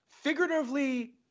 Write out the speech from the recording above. figuratively